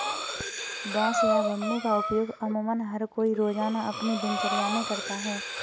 बांस या बम्बू का उपयोग अमुमन हर कोई रोज़ाना अपनी दिनचर्या मे करता है